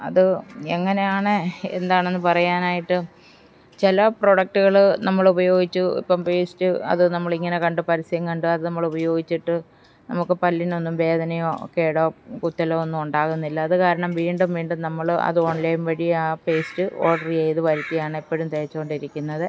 അത് എങ്ങനെയാണ് എന്താണെന്ന് പറയാനായിട്ട് ചില പ്രൊഡക്റ്റുകള് നമ്മളുപയോഗിച്ചു ഇപ്പോള് പേസ്റ്റ് അത് നമ്മളിങ്ങനെ കണ്ടു പരസ്യം കണ്ട് അത് നമ്മൾ ഉപയോഗിച്ചിട്ട് നമുക്ക് പല്ലിനൊന്നും വേദനയോ കേടോ കുത്തലോ ഒന്നും ഉണ്ടാകുന്നില്ല അത് കാരണം വീണ്ടും വീണ്ടും നമ്മള് അത് ഓൺലൈൻ വഴി ആ പേസ്റ്റ് ഓർഡറെയ്ത് വരുത്തിയാണെപ്പഴും തേച്ചുകൊണ്ടിരിക്കുന്നത്